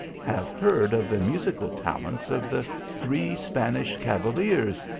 have heard of the musical talents of the three spanish cavaliers,